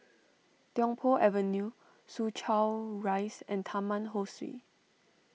Tiong Poh Avenue Soo Chow Rise and Taman Ho Swee